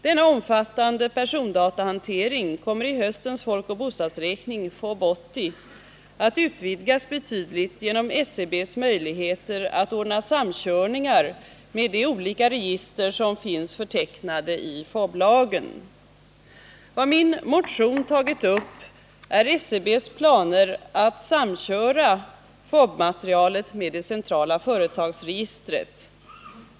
Denna omfattande persondatahantering kommer i höstens folkoch bostadsräkning att utvidgas betydligt genom SCB:s möjligheter att ordna samkörningar med de olika register som finns förtecknade i FoB-lagen. Vad min motion tagit upp är SCB:s planer att samköra FoB-materialet med det centrala företagsregistret.